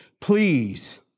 please